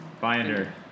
Binder